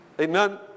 Amen